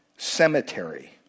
Cemetery